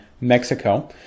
Mexico